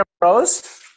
pros